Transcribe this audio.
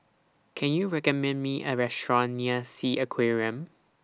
Can YOU recommend Me A Restaurant near Sea Aquarium